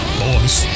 boys